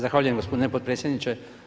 Zahvaljujem gospodine potpredsjedniče.